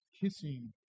kissing